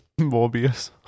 Morbius